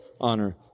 honor